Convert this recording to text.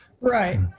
Right